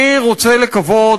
אני רוצה לקוות,